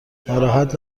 ناراحت